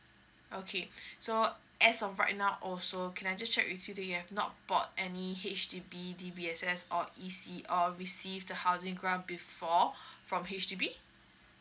okay so as of right now also can I just check with you do you have not bought any H_D_B D_B_S_S or E_C or receive the housing grants before from H_D_B